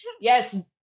yes